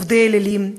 עובדי אלילים,